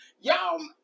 y'all